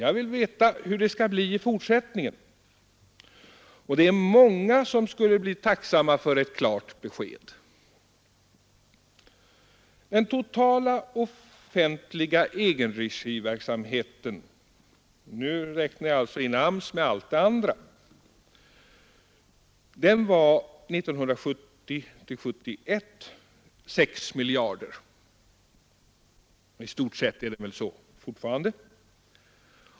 Jag vill veta hur det skall bli i fortsättningen, och det är många som skulle bli tacksamma för ett klart besked. Kostnaden för den totala offentliga egenregiverksamheten — nu räknar jag alltså ihop AMS med allt det andra — var 1970/71 6 miljarder kronor, och den är väl i stort sett lika stor fortfarande.